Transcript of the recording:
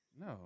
No